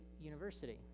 University